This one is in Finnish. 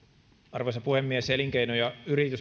arvoisa puhemies elinkeino ja